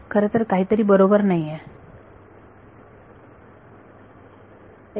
खरंतर काहीतरी बरोबर नाहीये